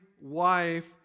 wife